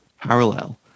parallel